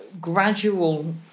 gradual